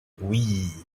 oui